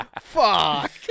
Fuck